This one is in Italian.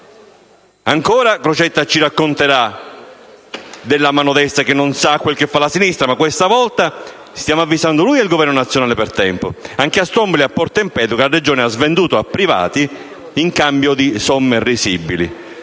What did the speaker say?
Ancora, Crocetta racconterà della mano destra che non sa quello che fa la sinistra, ma questa volta stiamo avvisando noi il Governo nazionale per tempo. Anche a Stromboli e Porto Empedocle la Regione ha svenduto a privati in cambio di somme risibili.